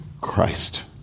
Christ